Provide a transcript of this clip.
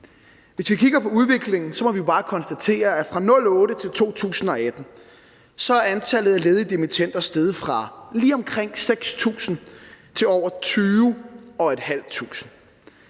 Hvis vi kigger på udviklingen, må vi bare konstatere, at fra 2008 til 2018 er antallet af ledige dimittender steget fra lige omkring 6.000 til over 20.500.